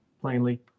plainly